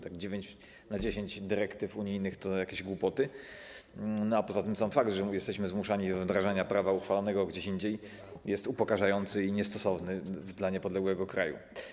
Tak dziewięć na dziesięć dyrektyw unijnych to jakieś głupoty, a poza tym sam fakt, że jesteśmy zmuszani do wdrażania prawa uchwalonego gdzieś indziej, jest upokarzający i niestosowny dla niepodległego kraju.